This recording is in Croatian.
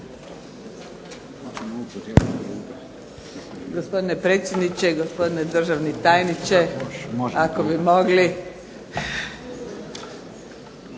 Hvala.